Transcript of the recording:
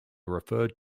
referred